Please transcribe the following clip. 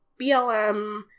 BLM